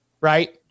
right